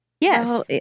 Yes